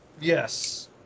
Yes